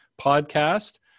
podcast